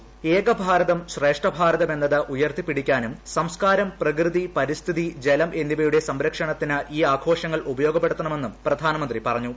ക് ഏകഭാരതം ശ്രേഷ്ഠഭാരതൃക്കുകുന്നത് ഉയർത്തിപിടിക്കാനും സംസ്കാരം പ്രകൃതി പരിസ്ഥിതി ജില്ലം എന്നിവയുടെ സംരക്ഷണത്തിന് ഇൌ ആഘോഷങ്ങൾ ഉപയോഗപ്പെടുത്തണമെന്നും പ്രധാനമന്ത്രി പറഞ്ഞു